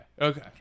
Okay